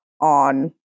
on